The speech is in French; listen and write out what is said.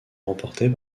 remportées